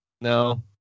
No